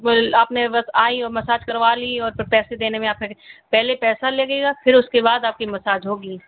बोला आपने बस आईं और मसाज करवा ली और फिर पैसे देने में आपने पहले पैसा लेंगे फिर उसके बाद आपकी मसाज होगी